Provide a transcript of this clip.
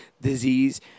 disease